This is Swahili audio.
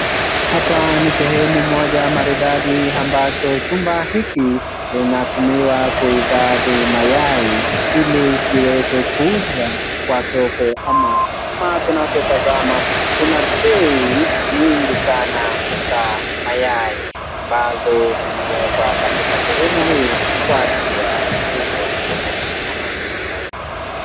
Hapa ni sehemu moja maridadi ambacho chumba hiki linatumiwa kuhifadhi mayai ili ziweze kuuzwa kwa soko ama tunavyotazama kuna (cs)tray(cs) nyingi sana za mayai ambazo zimewekwa katika sehemu hii kwa ajili ya kuuzwa sokoni ama kuhifadhiwa.